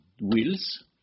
wheels